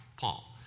Paul